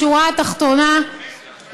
בשורה התחתונה,